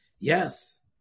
Yes